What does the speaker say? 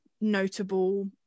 notable